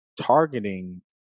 targeting